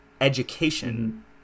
education